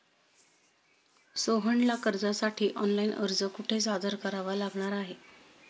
सोहनला कर्जासाठी ऑनलाइन अर्ज कुठे सादर करावा लागणार आहे?